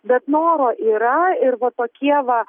bet noro yra ir va tokie va